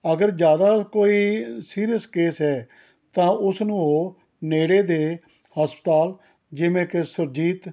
ਅਗਰ ਜ਼ਿਆਦਾ ਕੋਈ ਸੀਰੀਅਸ ਕੇਸ ਹੈ ਤਾਂ ਉਸਨੂੰ ਉਹ ਨੇੜੇ ਦੇ ਹਸਪਤਾਲ ਜਿਵੇਂ ਕਿ ਸੁਰਜੀਤ